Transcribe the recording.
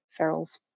ferals